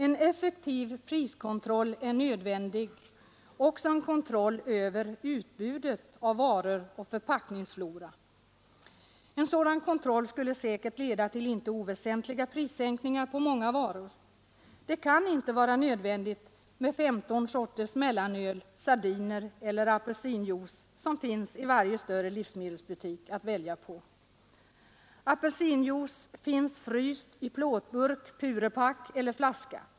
En effektiv priskontroll är nödvändig, men också en kontroll över utbudet av varor och förpackningsfloran. En sådan kontroll skulle säkert leda till inte oväsentliga prissänkningar på många varor. Det kan inte vara nödvändigt med de 15 sorters mellanöl, sardiner eller apelsinjuice som finns i varje större livsmedelsbutik att välja mellan. Apelsinjuice finns fryst, i plåtburk, i Pure-Pak eller i flaska.